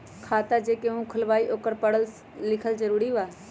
खाता जे केहु खुलवाई ओकरा परल लिखल जरूरी वा?